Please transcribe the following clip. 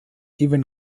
even